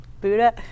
Buddha